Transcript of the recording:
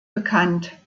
bekannt